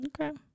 Okay